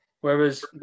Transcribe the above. Whereas